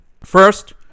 First